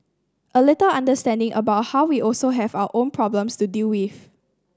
a little understanding about how we also have our own problems to deal with